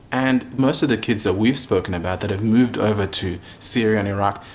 and most of the kids that we've spoken about that have moved over to syria and iraq,